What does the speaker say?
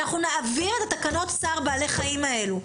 אנחנו נעביר את תקנות צער בעלי חיים האלה.